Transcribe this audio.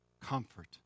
comfort